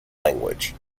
language